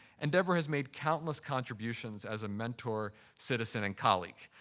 and deborah has made countless contributions as a mentor, citizen, and colleague.